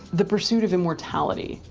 the pursuit of immortality,